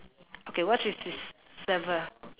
okay what's with she's surfe~